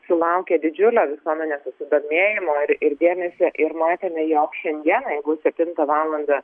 sulaukė didžiulio visuomenės susidomėjimo ir ir dėmesio ir matėme jog šiandien jeigu septintą valandą